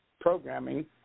programming